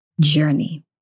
journey